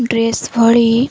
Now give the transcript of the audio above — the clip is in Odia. ଡ୍ରେସ୍ ଭଳି